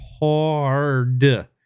hard